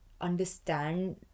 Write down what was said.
understand